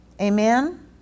Amen